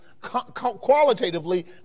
qualitatively